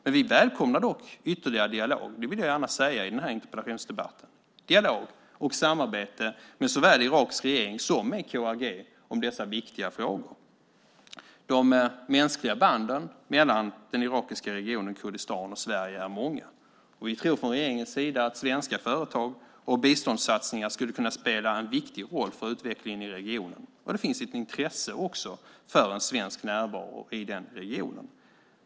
Men vi välkomnar dock ytterligare dialog - det vill jag gärna säga i den här interpellationsdebatten - och samarbete med såväl den irakiska regeringen som KRG om dessa viktiga frågor. De mänskliga banden mellan den irakiska regionen Kurdistan och Sverige är många. Vi tror från regeringens sida att svenska företag och biståndssatsningar skulle kunna spela en viktig roll för utvecklingen i regionen. Det finns också ett intresse för en svensk närvaro i den regionen.